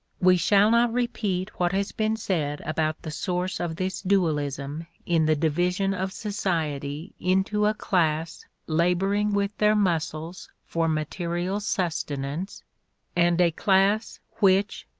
we shall not repeat what has been said about the source of this dualism in the division of society into a class laboring with their muscles for material sustenance and a class which,